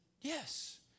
yes